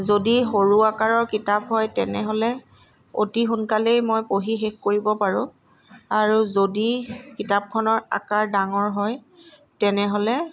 যদি সৰু আকাৰৰ কিতাপ হয় তেনেহ'লে অতি সোনকালেই মই পঢ়ি শেষ কৰিব পাৰোঁ আৰু যদি কিতাপখনৰ আকাৰ ডাঙৰ হয় তেনেহ'লে